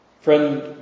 friend